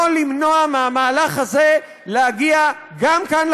לא למנוע מהמהלך הזה להגיע גם לכאן,